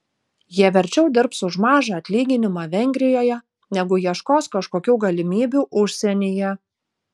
jie verčiau dirbs už mažą atlyginimą vengrijoje negu ieškos kažkokių galimybių užsienyje